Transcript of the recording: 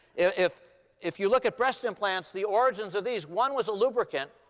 if if you look at breast implants, the origins of these, one was a lubricant.